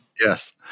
Yes